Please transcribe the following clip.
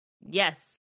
Yes